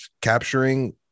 capturing